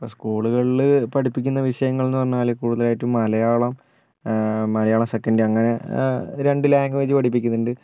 ഇപ്പോൾ സ്കൂളുകളിൽ പഠിപ്പിക്കുന്ന വിഷയങ്ങൾ എന്നു പറഞ്ഞാൽ കൂടുതലായിട്ടും മലയാളം മലയാളം സെക്കൻഡ് അങ്ങനെ രണ്ട് ലാഗ്വേജ് പഠിപ്പിക്കുന്നുണ്ട്